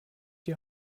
die